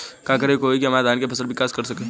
का करे होई की हमार धान के फसल विकास कर सके?